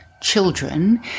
children